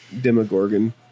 demogorgon